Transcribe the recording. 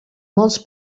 molts